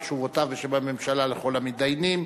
על תשובותיו בשם הממשלה לכל המתדיינים,